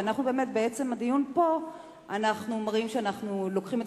ואנחנו בעצם הדיון פה מראים שאנחנו לוקחים את